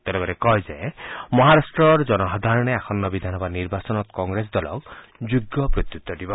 তেওঁ লগতে কয় যে মহাৰাট্টৰ জনসাধাৰণে আসন্ন বিধানসভা নিৰ্বাচনত কংগ্ৰেছ দলক যোগ্য প্ৰত্যুত্তৰ দিব